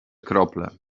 krople